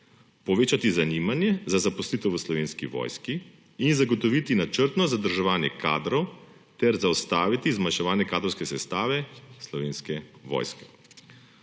povečati zanimanje za zaposlitev v Slovenski vojski in zagotoviti načrtno zadrževanje kadrov ter zaustaviti zmanjševanje kadrovske sestave Slovenske vojske.